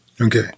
Okay